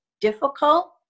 difficult